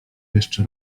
jeszcze